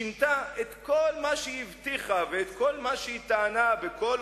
שינתה את כל מה שהבטיחה ואת כל מה שטענה בכל